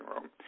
room